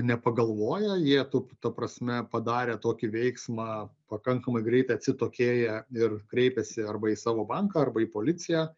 nepagalvoja jie tup ta prasme padarę tokį veiksmą pakankamai greitai atsitokėja ir kreipiasi arba į savo banką arba į policiją